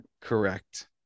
Correct